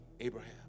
Abraham